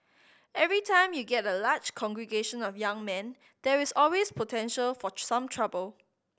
every time you get a large congregation of young men there is always potential for some trouble